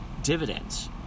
Dividends